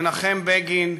מנחם בגין,